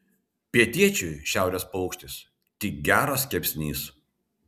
pietiečiui šiaurės paukštis tik geras kepsnys